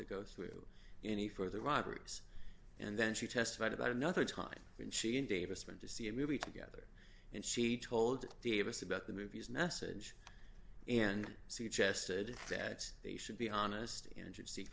to go through any further robberies and then she testified about another time when she and davis went to see a movie together and she told davis about the movie's message and suggested that they should be honest injured se